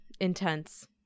intense